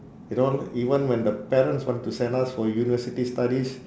you know even when the parents want to send us for university studies